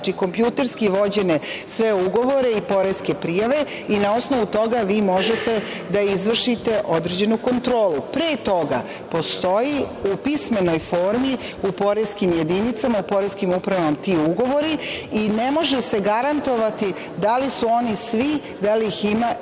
znači, kompjuterski vođene sve ugovore i poreske prijave i na osnovu toga vi možete da izvršite određenu kontrolu. Pre toga postoji u pismenoj formi u poreskim jedinicama, u poreskim upravama ti ugovori i ne može se garantovati da li su oni svi, da li ih ima